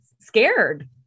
scared